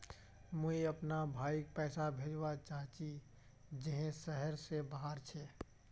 मुई अपना भाईक पैसा भेजवा चहची जहें शहर से बहार छे